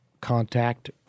contact